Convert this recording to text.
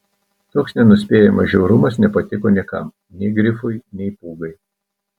toks nenuspėjamas žiaurumas nepatiko niekam nei grifui nei pūgai